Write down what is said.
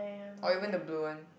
or even the blue one